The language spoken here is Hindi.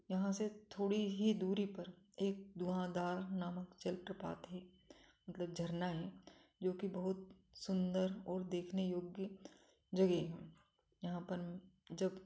यहाँ से थोड़ी ही दूरी पर एक धुआधार नामक जल प्रपात है मतलब झरना है जो कि बहुत सुंदर और देखने योग्य जगह हो यहाँ पर जब